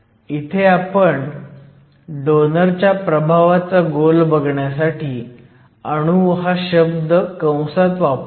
इथे आपण डोनरच्या प्रभावाचा गोल बघण्यासाठी अणू हा शब्द कंसात वापरूयात